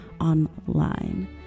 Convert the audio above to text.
online